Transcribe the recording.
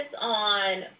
on